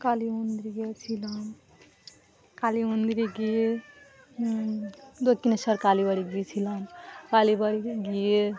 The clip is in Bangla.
কালী মন্দিরে গিয়েছিলাম কালী মন্দিরে গিয়ে দক্ষিণেশ্বর কালীবাড়ি গিয়েছিলাম কালীবাড়িকে গিয়ে